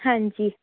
ਹਾਂਜੀ